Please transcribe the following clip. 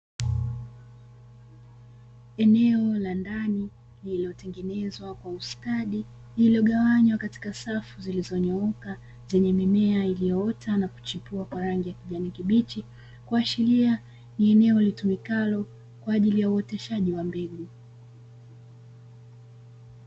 Eneo la ndani lililotengenezwa kwa ustadi, lililogawanywa katika safu zilizonyooka zenye mimea iliyoota na kuchipua kwa rangi ya kijani kibichi, kuashiria ni eneo litumikalo kwa ajili ya uoteshaji wa mbegu.